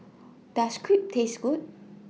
Does Crepe Taste Good